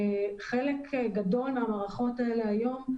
חלק גדול מהמערכות האלה היום,